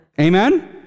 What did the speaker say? amen